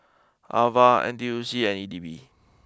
Ava N T U C and E D B